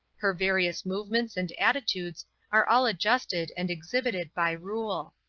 her various movements and attitudes are all adjusted and exhibited by rule.